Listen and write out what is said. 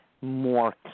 more